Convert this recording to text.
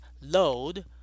load